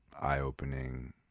eye-opening